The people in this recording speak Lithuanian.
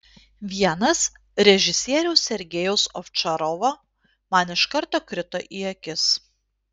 vienas režisieriaus sergejaus ovčarovo man iš karto krito į akis